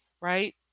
right